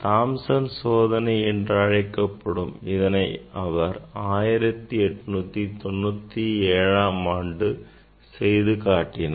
Thomson சோதனை என்றழைக்கப்படும் இதனை அவர் 1897ஆம் ஆண்டு செய்து காட்டினார்